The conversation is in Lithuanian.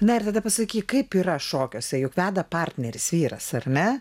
na ir tada pasakyk kaip yra šokiuose juk veda partneris vyras ar ne